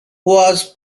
was